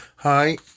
Hi